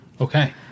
Okay